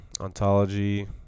Ontology